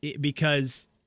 because-